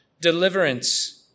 deliverance